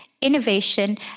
innovation